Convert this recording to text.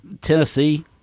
Tennessee